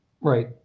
right